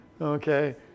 Okay